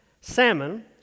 Salmon